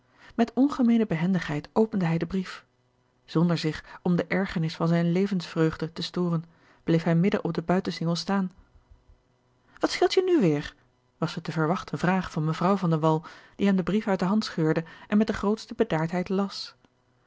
met ongemeene behendigheid opende hij den brief zonder zich om de ergernis van zijne levensvreugde te storen bleef hij midden op den buitensingel staan wat scheelt je nu weêr was de te verwachten vraag van mevrouw van de wall die hem den brief uit de hand scheurde en met de grootste bedaardheid las